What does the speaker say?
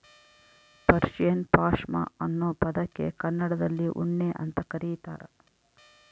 Persian ಪಾಷ್ಮಾ ಅನ್ನೋ ಪದಕ್ಕೆ ಕನ್ನಡದಲ್ಲಿ ಉಣ್ಣೆ ಅಂತ ಕರೀತಾರ